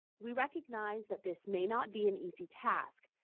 we recognize that this may not be an easy task,